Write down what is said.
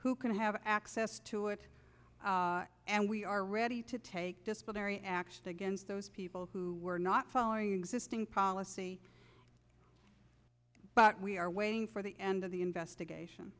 who can have access to it and we are ready to take disciplinary action against those people who are not following existing policy but we are waiting for the end of the investigation